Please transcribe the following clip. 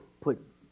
put